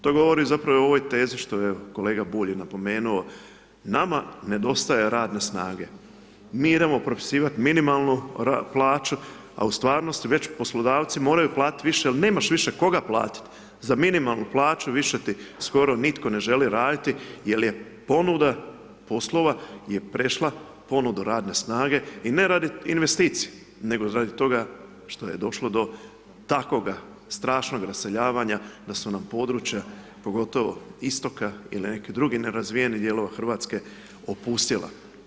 To govori zapravo i ovoj tezi, što evo, kolega Bulj je napomenuo, nama nedostaje radne snage, mi idemo propisivati minimalnu plaću, a u stvarnosti već poslodavci moraju platiti više jel nemaš više koga platiti, za minimalnu plaću više ti skoro nitko ne želi raditi jel je ponuda poslova je prešla ponudu radne snage i ne radi investicije, nego radi toga što je došlo do takvoga strašnog raseljavanja da su nam područja, pogotovo istoka ili nekih drugih nerazvijenih dijelova RH opustjela.